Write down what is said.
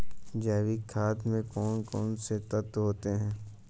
जैविक खाद में कौन कौन से तत्व होते हैं?